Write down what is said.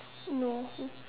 no